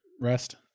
rest